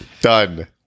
done